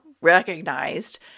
recognized